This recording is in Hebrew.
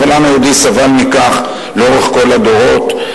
אבל העם היהודי סבל מכך לאורך כל הדורות.